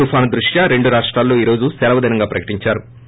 తుపాను దృష్ట్యా రెండు రాష్టాలలో ఈ రోజు సెలవు దినంగా ప్రకటించారు